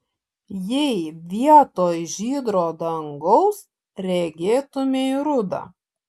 jei vietoj žydro dangaus regėtumei rudą